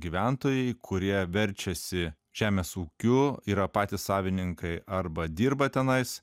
gyventojai kurie verčiasi žemės ūkiu yra patys savininkai arba dirba tenais